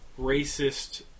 racist